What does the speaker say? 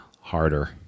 harder